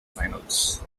finals